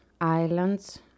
islands